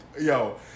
yo